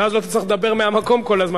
ואז לא תצטרך לדבר מהמקום כל הזמן.